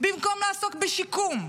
במקום לעסוק בשיקום,